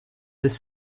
this